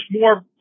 more